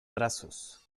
brazos